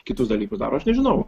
kitus dalykus daro aš nežinau